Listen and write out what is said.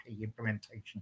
implementation